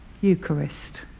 eucharist